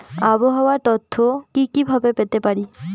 আবহাওয়ার তথ্য কি কি ভাবে পেতে পারি?